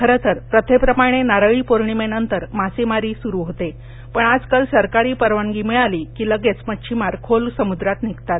खरंतर प्रथेप्रमाणे नारळी पौर्णिमेनंतर मासेमारीसुरू होते पण आजकाल सरकारी परवानगी मिळाली की लगेच मध्छिमार खोल समुद्रात निघतात